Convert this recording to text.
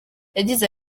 yagize